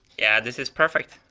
yeah, this is perfect.